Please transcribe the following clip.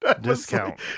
Discount